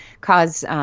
cause